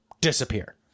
disappear